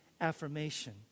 affirmation